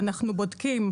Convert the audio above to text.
אנחנו בודקים